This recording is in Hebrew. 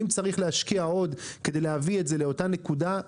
אם צריך להשקיע עוד כדי להביא את זה לאותה נקודה,